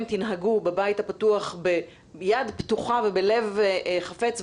תנהגו בבית הפתוח ביד פתוחה ובלב חפץ,